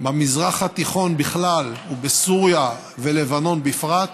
במזרח התיכון בכלל, ובסוריה ולבנון בפרט,